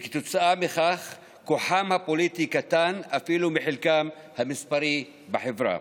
וכתוצאה מכך כוחם הפוליטי קטן אפילו מחלקם המספרי בחברה.